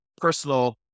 personal